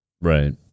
right